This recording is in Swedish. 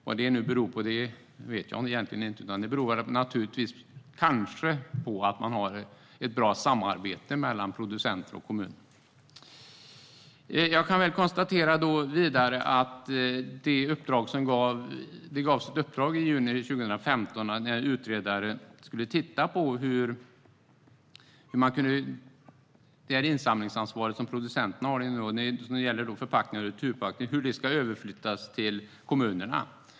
Vad det beror på vet jag egentligen inte, men kanske på att man har ett bra samarbete mellan producenter och kommun. Det gavs ett uppdrag i juni 2015. En utredare skulle titta på hur det insamlingsansvar som producenterna har när det gäller förpackningar och returpapper ska flyttas över till kommunerna.